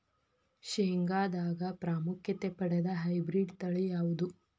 ಶೇಂಗಾದಾಗ ಪ್ರಾಮುಖ್ಯತೆ ಪಡೆದ ಹೈಬ್ರಿಡ್ ತಳಿ ಯಾವುದು?